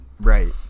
right